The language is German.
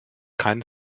keine